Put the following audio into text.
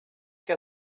que